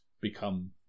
become